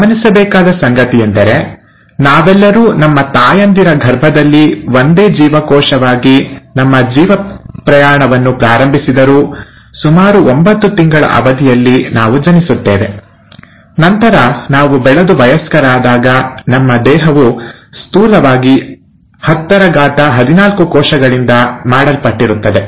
ಗಮನಿಸಬೇಕಾದ ಸಂಗತಿಯೆಂದರೆ ನಾವೆಲ್ಲರೂ ನಮ್ಮ ತಾಯಂದಿರ ಗರ್ಭದಲ್ಲಿ ಒಂದೇ ಜೀವಕೋಶವಾಗಿ ನಮ್ಮ ಜೀವ ಪ್ರಯಾಣವನ್ನು ಪ್ರಾರಂಭಿಸಿದರೂ ಸುಮಾರು ಒಂಬತ್ತು ತಿಂಗಳ ಅವಧಿಯಲ್ಲಿ ನಾವು ಜನಿಸುತ್ತೇವೆ ನಂತರ ನಾವು ಬೆಳೆದು ವಯಸ್ಕರಾದಾಗ ನಮ್ಮ ದೇಹವು ಸ್ಥೂಲವಾಗಿ 1014 ಕೋಶಗಳಿಂದ ಮಾಡಲ್ಪಟ್ಟಿರುತ್ತದೆ